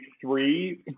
Three